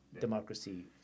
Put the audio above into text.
democracy